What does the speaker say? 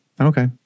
Okay